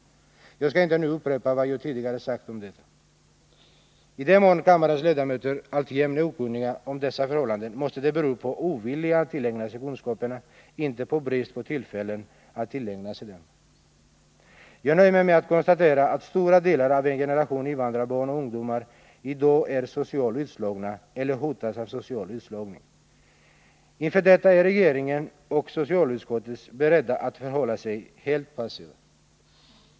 Jag skall inte nu upprepa vad jag tidigare sagt om detta. I den mån kammarens ledamöter alltjämt är okunniga om dessa förhållanden måste det bero på ovilja att tillägna sig kunskaperna, inte på brist på tillfällen att tillägna sig dem. Jag nöjer mig med att konstatera att stora delar av en generation invandrarbarn och invandrarungdomar i dag är socialt utslagna eller hotas av social utslagning. Inför detta är regeringen och socialutskottet beredda att förhålla sig helt passiva.